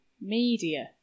media